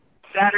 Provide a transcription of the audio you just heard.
saturday